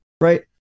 right